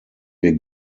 wir